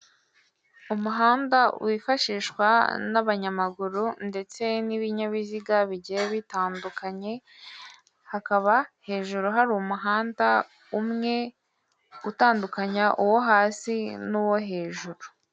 Umuhanda wifashishwa n'abanyamaguru ndetse n'ibinyabiziga bigiye bitandukanye, hakaba hejuru hari umuhanda umwe utandukanya uwo hasi n'uwo hejuru.